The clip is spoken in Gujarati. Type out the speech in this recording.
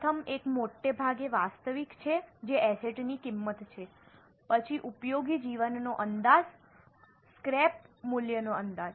પ્રથમ એક મોટે ભાગે વાસ્તવિક છે જે એસેટ ની કિંમત છે પછી ઉપયોગી જીવનનો અંદાજ અને સ્ક્રેપ મૂલ્યનો અંદાજ